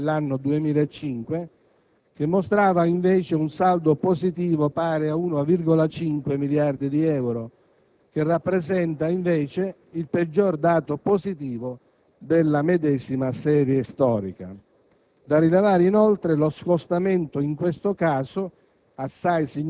dato assume particolare rilievo se confrontato con quello dell'anno 2005, che mostrava, invece, un saldo positivo pari a 1,5 miliardi di euro, che rappresenta, invece, il peggior dato positivo della medesima serie storica.